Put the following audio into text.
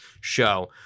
show